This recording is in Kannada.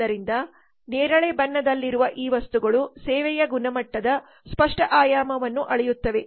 ಆದ್ದರಿಂದ ನೇರಳೆ ಬಣ್ಣದಲ್ಲಿರುವ ಈ ವಸ್ತುಗಳು ಸೇವೆಯ ಗುಣಮಟ್ಟದ ಸ್ಪಷ್ಟ ಆಯಾಮವನ್ನು ಅಳೆಯುತ್ತವೆ